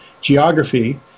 geography